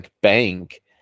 bank